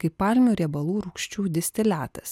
kaip palmių riebalų rūgščių distiliatas